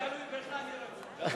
אם זה תלוי בך, אני רגוע.